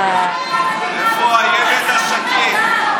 איפה הילד השקט?